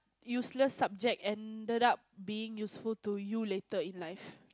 useless subject ended up being useful to you later in life